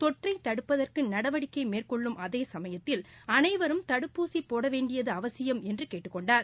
தொற்றை தடுப்பதற்கு நடவடிக்கை மேற்கொள்ளும் அதேசமயத்தில் அனைவரும் தடுப்பூசி போடவேண்டியது அவசியம் என்று கேட்டுக்கொண்டார்